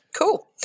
Cool